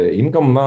income